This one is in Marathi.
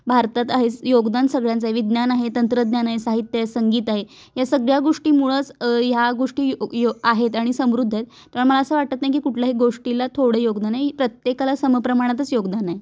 भारतात आहेच योगदान सगळ्यांचं आहे विज्ञान आहे तंत्रज्ञान आहे साहित्य आहे संगीत आहे या सगळ्या गोष्टीमुळंच ह्या गोष्टी यो आहेत आणि समृद्ध आहेत त्यामुळं मला असं वाटत नाही की कुठल्याही गोष्टीला थोडं योगदानही प्रत्येकाला समप्रमाणातच योगदान आहे